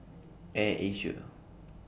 Air Asia